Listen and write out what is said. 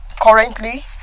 currently